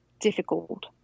difficult